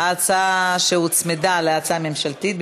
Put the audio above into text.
ההצעה שהוצמדה להצעה הממשלתית.